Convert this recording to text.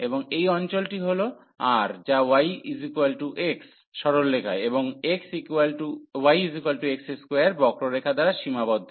এবং এই অঞ্চলটি হল R যা y x সরলরেখা এবং yx2 বক্ররেখা দ্বারা সীমাবদ্ধ